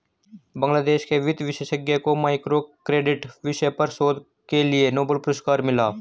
बांग्लादेश के वित्त विशेषज्ञ को माइक्रो क्रेडिट विषय पर शोध के लिए नोबेल पुरस्कार मिला